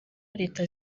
leta